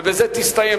ובזה זה יסתיים.